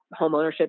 homeownership